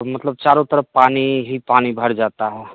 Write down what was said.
तो मतलब चारों तरफ पानी ही पानी भर जाता है